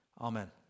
Amen